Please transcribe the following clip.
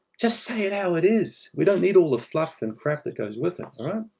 just say it how it is. we don't need all the fluff and crap that goes with it, all right?